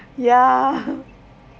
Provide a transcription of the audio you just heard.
ya